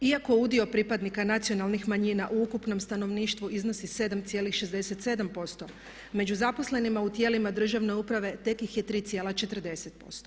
Iako udio pripadnika nacionalnih manjina u ukupnom stanovništvu iznosi 7,67% među zaposlenima u tijelima državne uprave tek ih je 3,40%